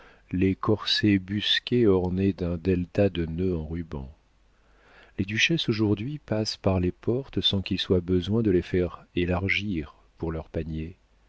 les corsets busqués ornés d'un delta de nœuds en rubans les duchesses aujourd'hui passent par les portes sans qu'il soit besoin de les faire élargir pour leurs paniers